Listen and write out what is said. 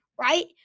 right